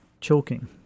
choking